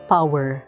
Power